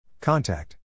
Contact